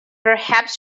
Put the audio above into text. perhaps